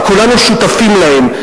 וכולנו שותפים להם,